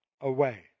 away